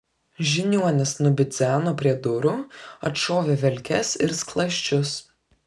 žiniuonis nubidzeno prie durų atšovė velkes ir skląsčius